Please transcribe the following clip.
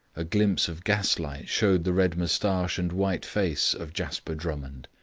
a glimpse of gaslight showed the red moustache and white face of jasper drummond.